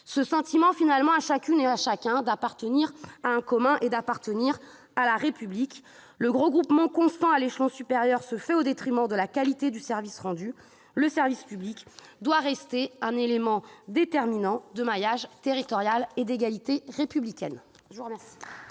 et fondent finalement chez chacune et chacun le sentiment d'appartenir à un commun et à la République ! Le regroupement constant à l'échelon supérieur se fait au détriment de la qualité du service rendu. Le service public doit rester un élément déterminant du maillage territorial et d'égalité républicaine.